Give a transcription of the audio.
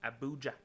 Abuja